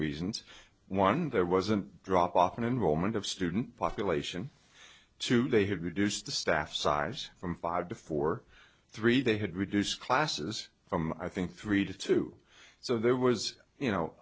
reasons one there was a drop off in involvement of student population two they had reduced the staff size from five to four three they had reduced classes from i think three to two so there was you know